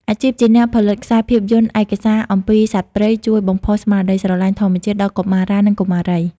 អាជីពជាអ្នកផលិតខ្សែភាពយន្តឯកសារអំពីសត្វព្រៃ ជួយបំផុសស្មារតីស្រឡាញ់ធម្មជាតិដល់កុមារា និងកុមារី។